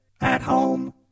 at-home